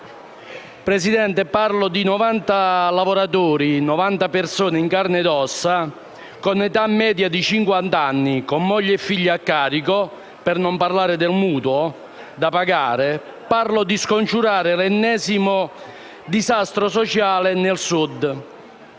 Presidente, parlo di 90 lavoratori, 90 persone in carne ed ossa, con un'età media di cinquant'anni, con mogli e figli a carico, per non parlare dei mutui da pagare. Parlo di scongiurare l'ennesimo disastro sociale nel Sud.